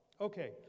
Okay